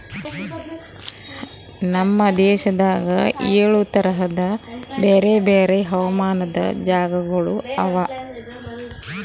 ನಮ್ ದೇಶದಾಗ್ ಏಳು ತರದ್ ಬ್ಯಾರೆ ಬ್ಯಾರೆ ಹವಾಮಾನದ್ ಜಾಗಗೊಳ್ ಅವಾ